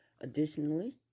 Additionally